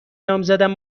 نامزدم